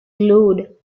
glowed